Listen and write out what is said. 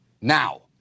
now